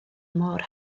mor